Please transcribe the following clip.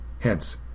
Hence